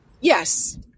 Yes